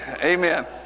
Amen